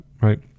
right